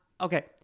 Okay